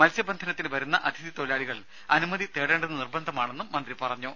മത്സ്യബന്ധനത്തിനു വരുന്ന അതിഥി തൊഴിലാളികൾ അനുമതി തേടേണ്ടത് നിർബന്ധമാണെന്നും മന്ത്രി പറഞ്ഞു